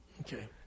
Okay